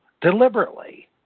deliberately